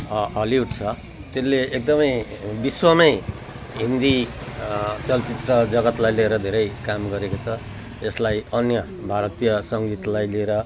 Hollywood छ त्यसले एकदमै विश्वमै हिन्दी चलचित्र जगत्लाई लिएर धेरै धेरै काम गरेको छ यसलाई अन्य भारतीय सङ्गीतलाई लिएर